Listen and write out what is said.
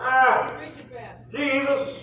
Jesus